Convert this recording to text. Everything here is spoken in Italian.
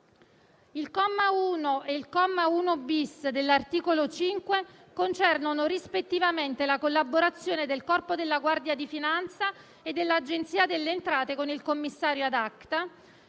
Il comma 1 e il comma 1-*bis* dell'articolo 5 concernono rispettivamente la collaborazione del Corpo della guardia di finanza e dell'Agenzia delle entrate con il commissario *ad acta*.